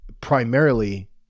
primarily